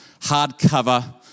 hardcover